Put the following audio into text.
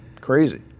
Crazy